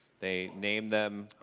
they named them,